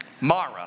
mara